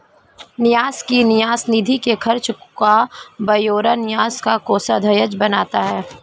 न्यास की न्यास निधि के खर्च का ब्यौरा न्यास का कोषाध्यक्ष बनाता है